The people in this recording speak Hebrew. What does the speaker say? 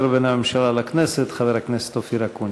בין הממשלה לכנסת חבר הכנסת אופיר אקוניס.